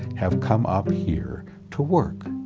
have come up here to work.